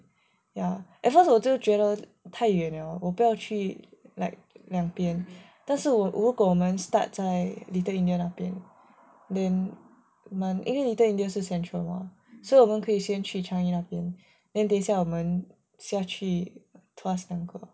ya at first 我就觉得太远了我不要去 like 两边但是如果我们 start 在 little india 那边 then 蛮 near 因为 little india 是 central mah 所以我们可以先去 changi 那边 then 等一下我们下去 tuas 那个